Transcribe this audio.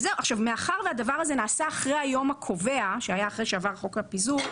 מאחר וזה נעשה אחרי היום הקובע שהיה אחרי שעבר חוק הפיזור,